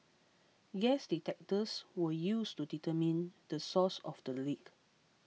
gas detectors were used to determine the source of the leak